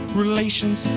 relations